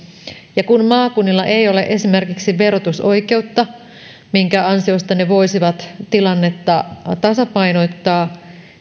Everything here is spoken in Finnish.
ja kun maakunnilla ei ole esimerkiksi verotusoikeutta jonka ansiosta ne voisivat tilannetta tasapainottaa